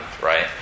right